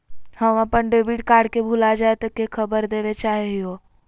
हम अप्पन debit card के भुला जाये के खबर देवे चाहे हियो